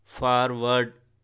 forward